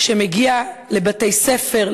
שמגיע לבתי-ספר,